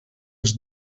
els